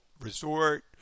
resort